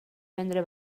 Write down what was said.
vendre